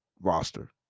roster